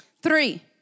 Three